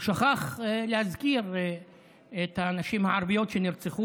הוא שכח להזכיר את הנשים הערביות שנרצחו,